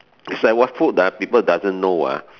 is like what food ah people doesn't know ah